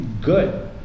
good